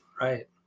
right